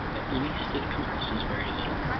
at least it compresses very little.